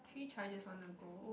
three charges on the go